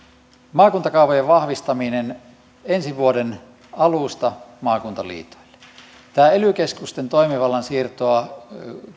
maakuntakaavojen vahvistaminen ensi vuoden alusta maakuntaliitoille tämä ely keskusten toimivallan siirto